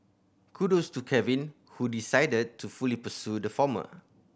kudos to Kevin who decided to fully pursue the former